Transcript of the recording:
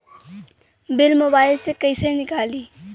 Bill mobile से कईसे निकाली?